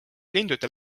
lindude